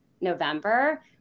November